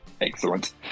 Excellent